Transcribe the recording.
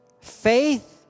Faith